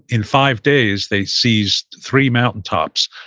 in five days, they seized three mountaintops.